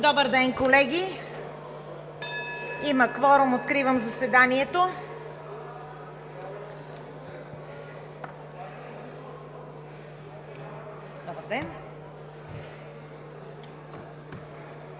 Добър ден, колеги! Има кворум. Откривам заседанието. Уважаеми